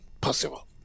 possible